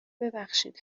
ببخشید